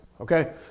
Okay